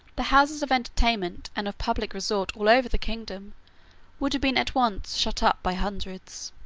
the houses of entertainment and of public resort all over the kingdom would have been at once shut up by hundreds.